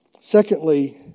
Secondly